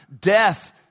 Death